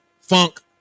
funk